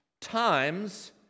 times